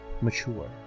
mature